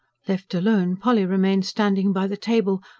left alone polly remained standing by the table,